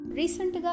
recent